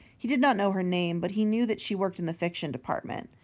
he did not know her name, but he knew that she worked in the fiction department.